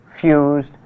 fused